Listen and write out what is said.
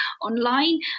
online